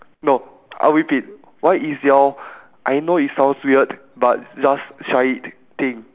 no I'll repeat what is your I know it sounds weird but just try it thing